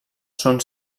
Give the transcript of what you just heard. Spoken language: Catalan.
són